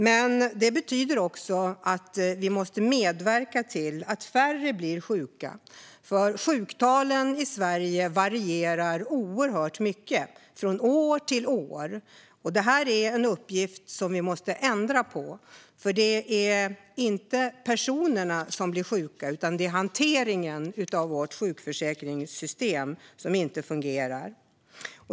Men det betyder också att vi måste medverka till att färre blir sjuka. Sjuktalen i Sverige varierar oerhört mycket från år till år. Detta är en uppgift som vi måste ändra på. Det är inte personerna som blir sjuka, utan det är hanteringen av vårt sjukförsäkringssystem som inte fungerar.